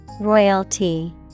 Royalty